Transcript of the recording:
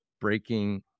breaking